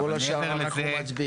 מעבר לזה,